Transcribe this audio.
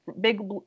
big